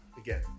again